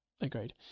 Agreed